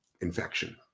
infection